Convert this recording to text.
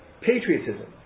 patriotism